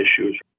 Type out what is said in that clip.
issues